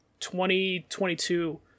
2022